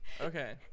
Okay